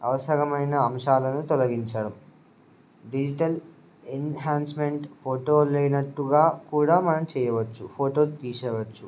అవసరమైన అంశాలను తొలగించడం డిజిటల్ ఎన్హాన్స్మెంట్ ఫోటో లేనట్టుగా కూడా మనం చేయవచ్చు ఫోటోలు తీసేయవచ్చు